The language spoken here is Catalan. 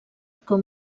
com